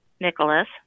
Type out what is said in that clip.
Nicholas